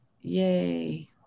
Yay